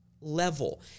level